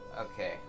Okay